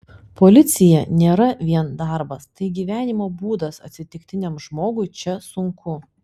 policija nėra vien darbas tai gyvenimo būdas atsitiktiniam žmogui čia sunku